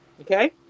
Okay